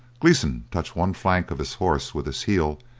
gleeson touched one flank of his horse with his heel,